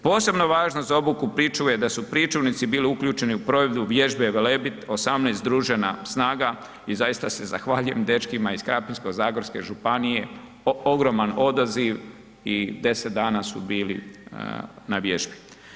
Posebno važno za obuku pričuve je da su pričuvnici bili uključeni u provedbu vježbe Velebit 18 združena snaga i zaista se zahvaljujem dečkima iz Krapinsko-zagorske županije, ogroman odaziv i 10 dana su bili na vježbi.